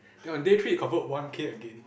then on day three you convert one K again